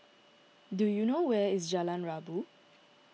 do you know where is Jalan Rabu